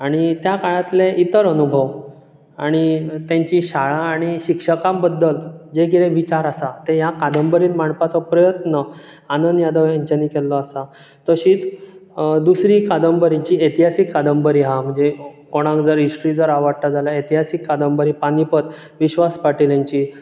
आनी त्या काळातले इतर अनुभव आनी तेंची शाळा आनी शिक्षकां बद्दल जे कितें विचार आसा ते ह्या कादंबरेन मांडपाचो प्रयत्न आनंद यादव हांच्यानी केल्लो आसा तशींच दुसरी कदंबरी जी इतिहासीक कादंबरी आहा म्हणजे कोणाक जर हिश्ट्री जर आवडटा जाल्यार इतिहासीक कादंबरी पानीपत विश्वास पाटील हेंची